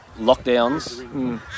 lockdowns